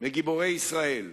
מגיבורי ישראל.